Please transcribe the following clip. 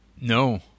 no